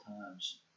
times